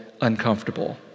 uncomfortable